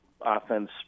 offense